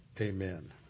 amen